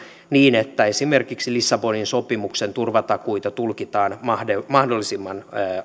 niin että esimerkiksi lissabonin sopimuksen turvatakuita tulkitaan mahdollisimman mahdollisimman